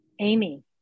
Amy